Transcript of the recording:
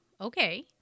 Okay